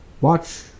watch